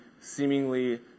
seemingly